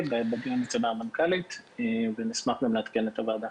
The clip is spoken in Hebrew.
בדיון אצל המנכ"לית ונשמח גם לעדכן את הוועדה.